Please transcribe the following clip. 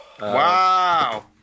wow